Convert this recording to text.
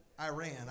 Iran